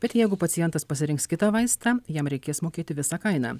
bet jeigu pacientas pasirinks kitą vaistą jam reikės mokėti visą kainą